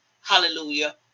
Hallelujah